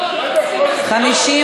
סעיף 1 נתקבל.